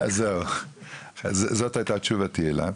זאת הייתה תשובתי אליו.